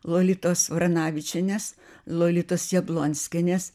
lolitos varanavičienės lolitos jablonskienės